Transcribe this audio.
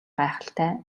гайхалтай